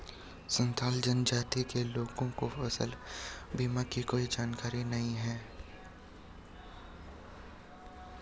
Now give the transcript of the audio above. संथाल जनजाति के लोगों को फसल बीमा की कोई जानकारी नहीं है